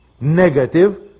negative